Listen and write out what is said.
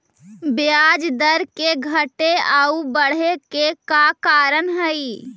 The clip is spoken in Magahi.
ब्याज दर के घटे आउ बढ़े के का कारण हई?